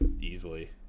easily